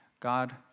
God